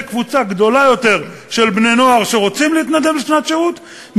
קבוצה של בני-נוער שרוצים להתנדב לשנת שירות,